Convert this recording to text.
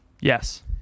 Yes